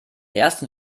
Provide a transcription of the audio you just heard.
ersten